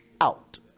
out